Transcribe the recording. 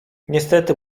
niestety